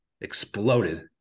exploded